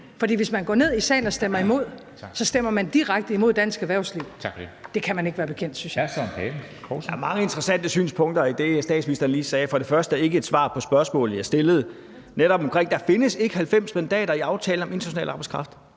For hvis man går ned i salen og stemmer imod, stemmer man direkte imod dansk erhvervsliv, og det kan man ikke være bekendt, synes jeg.